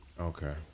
Okay